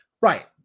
Right